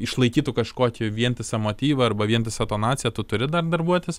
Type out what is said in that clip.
išlaikytų kažkokį vientisą motyvą arba vientisą tonaciją tu turi dar darbuotis